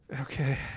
okay